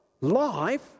Life